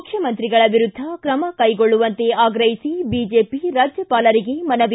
ಮುಖ್ಯಮಂತ್ರಿಗಳ ವಿರುದ್ಧ ಕ್ರಮ ಕೈಗೊಳ್ಳುವಂತೆ ಆಗ್ರಹಿಸಿ ಬಿಜೆಪಿ ರಾಜ್ಯಪಾಲರಿಗೆ ಮನವಿ